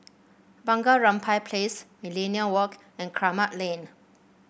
Bunga Rampai Place Millenia Walk and Kramat Lane